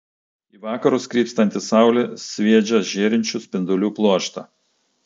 į vakarus krypstanti saulė sviedžia žėrinčių spindulių pluoštą